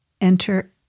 enter